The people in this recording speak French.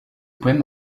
poème